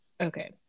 Okay